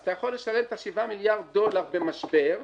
אז אתה יכול לשלם שבעה מיליארד דולר במשבר,